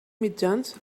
mitjans